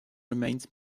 remains